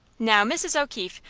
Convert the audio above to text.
now, mrs. o'keefe,